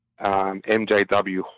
MJW